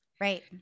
Right